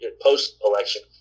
post-election